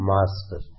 Master